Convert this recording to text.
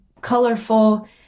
colorful